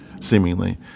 seemingly